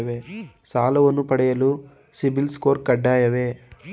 ಸಾಲವನ್ನು ಪಡೆಯಲು ಸಿಬಿಲ್ ಸ್ಕೋರ್ ಕಡ್ಡಾಯವೇ?